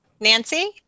Nancy